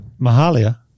Mahalia